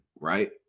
right